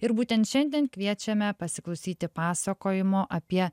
ir būtent šiandien kviečiame pasiklausyti pasakojimo apie